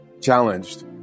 challenged